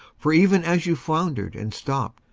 for even as you floundered and stopped,